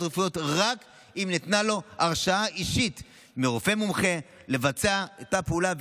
רפואיות רק אם ניתנה לו הרשאה אישית מרופא מומחה לבצע את אותה פעולה,